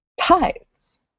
tides